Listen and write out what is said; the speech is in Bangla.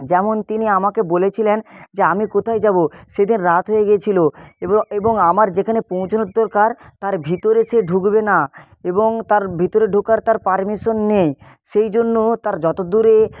যেমন তিনি আমাকে বলেছিলেন যে আমি কোথায় যাবো সেদিন রাত হয়ে গেছিল এবং আমার যেখানে পৌঁছানোর দরকার তার ভিতরে সে ঢুকবে না এবং তার ভিতরে ঢোকার তার পারমিশন নেই সেই জন্য তার যত দূরে